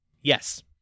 Yes